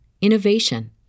innovation